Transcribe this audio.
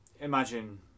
Imagine